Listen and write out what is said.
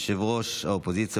יושב-ראש האופוזיציה,